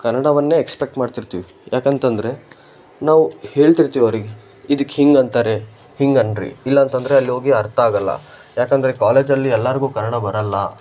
ಕನ್ನಡವನ್ನೇ ಎಕ್ಸ್ಪೆಕ್ಟ್ ಮಾಡ್ತಿರ್ತೀವಿ ಯಾಕಂತಂದರೆ ನಾವು ಹೇಳ್ತಿರ್ತೀವಿ ಅವರಿಗೆ ಇದಕ್ಕೆ ಹೀಗ್ ಅಂತಾರೆ ಹೀಗನ್ನಿರಿ ಇಲ್ಲಾಂತಂದರೆ ಅಲ್ಹೋಗಿ ಅರ್ಥಾಗಲ್ಲ ಯಾಕಂದರೆ ಕಾಲೇಜಲ್ಲಿ ಎಲ್ಲಾರಿಗೂ ಕನ್ನಡ ಬರೋಲ್ಲ